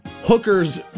Hookers